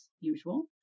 usual